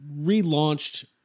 relaunched